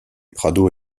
prado